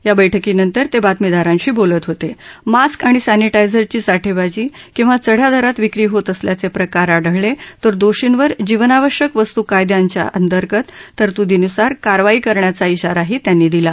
या बैठकीनंतर तखितमीदारांशी बोलत होत आस्क किंवा सर्तीटायझरची साठा जी किंवा चढ्या दरात विक्री होत असल्याच प्रिकार आढळल विर दोर्षीवर जीवनावश्यक वस्तु कायद्याअंतर्गच्या तरतुर्दीनुसार कारवाई करण्याचा शाराही त्यांनी दिला